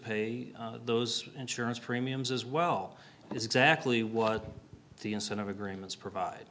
pay those insurance premiums as well is exactly what the incentive agreements provide